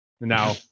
Now